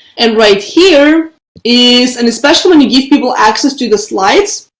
and right here is and especially when you give people access to the slides,